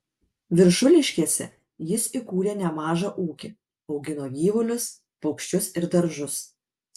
viršuliškėse jis įkūrė nemažą ūkį augino gyvulius paukščius ir daržus